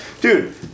dude